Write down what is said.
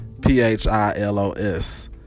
P-H-I-L-O-S